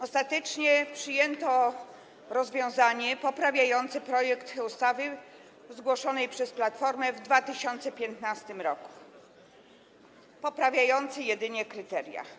Ostatecznie przyjęto rozwiązanie poprawiające projekt ustawy zgłoszonej przez Platformę w 2015 r., poprawiające jedynie kryteria.